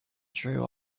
true